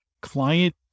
client